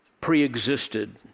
pre-existed